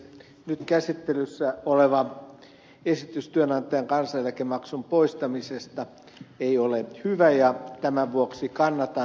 nyt käsittelyssä oleva esitys työnantajan kansaneläkemaksun poistamisesta ei ole hyvä ja tämän vuoksi kannatan ed